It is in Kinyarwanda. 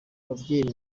babyeyi